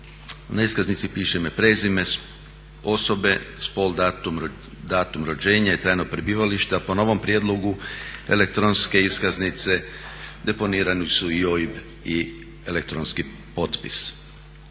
Na iskaznici piše ime i prezime osobe, spol, datum rođenja i trajno prebivalište a po novom prijedlogu elektronske iskaznice deponirani su i OIB i elektronski potpis.